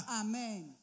amen